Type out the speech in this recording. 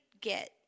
get